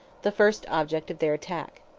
the first object of their attack.